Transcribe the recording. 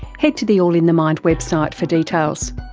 head to the all in the mind website for details.